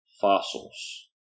fossils